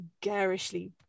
garishly